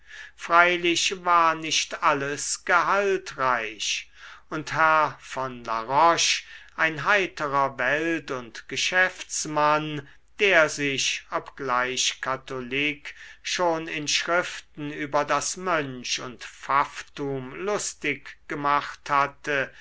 freilich war nicht alles gehaltreich und herr von la roche ein heiterer welt und geschäftsmann der sich obgleich katholik schon in schriften über das mönch und pfafftum lustig gemacht hatte